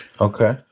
Okay